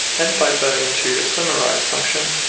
and pipe that into a summarise function